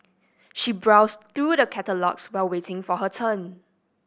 she browsed through the catalogues while waiting for her turn